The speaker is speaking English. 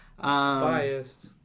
Biased